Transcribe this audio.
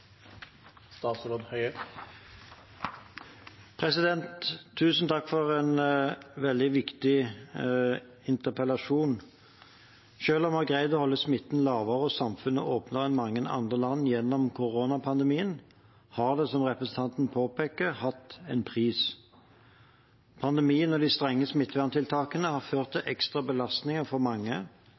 Tusen takk for en veldig viktig interpellasjon. Selv om vi har greid å holde smitten lavere og samfunnet åpnere enn mange andre land gjennom koronapandemien, har det, som representanten påpeker, hatt en pris. Pandemien og de strenge smitteverntiltakene har ført til ekstra belastninger for mange,